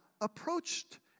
approached